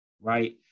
right